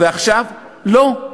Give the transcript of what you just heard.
ועכשיו מחליטים שלא.